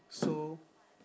so